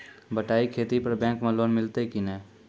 बटाई खेती पर बैंक मे लोन मिलतै कि नैय?